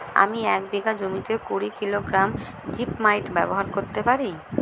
আমি এক বিঘা জমিতে কুড়ি কিলোগ্রাম জিপমাইট ব্যবহার করতে পারি?